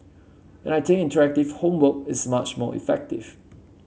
and I think interactive homework is much more effective